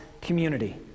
community